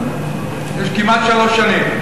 יש כמעט שלוש שנים,